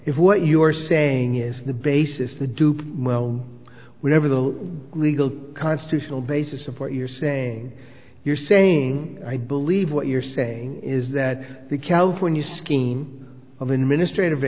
if what you're saying is the basis the dupe whatever the legal constitutional basis of what you're saying you're saying i believe what you're saying is that the california scheme of an ministry of